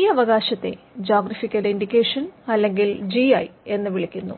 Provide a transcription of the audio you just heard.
ഈ അവകാശത്തെ geographical indication അല്ലെങ്കിൽ ജിഐ എന്ന് വിളിക്കുന്നു